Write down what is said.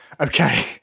Okay